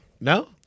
No